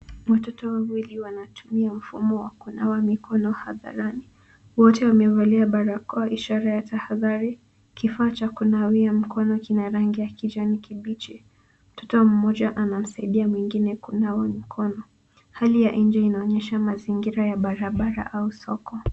Watoto wawili wanatumia mfumo wa kunawa mikono hadharani, wote wamevalia barakoa ishara ya tahadhari. Kifaa cha kunawia mkono kina rangi ya kijani kibichi. Mtoto mmoja anamsaidia mwengine kunawa mkono. Hali ya nje inaonyesha mazingira ya barabara au soko.